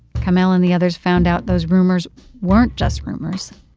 kamel and the others found out those rumors weren't just rumors.